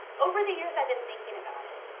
over the years i've been thinking about it.